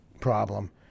problem